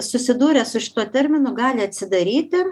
susidūręs su šituo terminu gali atsidaryti